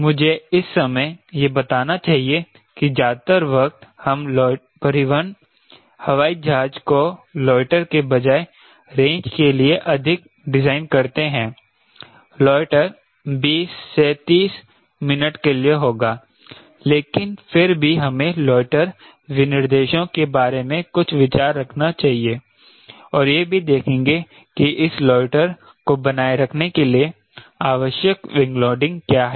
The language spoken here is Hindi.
मुझे इस समय यह बताना चाहिए कि ज्यादातर वक्त हम परिवहन हवाई जहाज को लोएटर के बजाय रेंज के लिए अधिक डिज़ाइन करते हैं लोएटर 20 30 मिनट के लिए होगा लेकिन फिर भी हमें लोएटर विनिर्देशों के बारे में कुछ विचार रखना चाहिए और यह भी देखेंगे कि इस लोएटर को बनाए रखने के लिए आवश्यक विंग लोडिंग क्या है